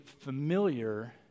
familiar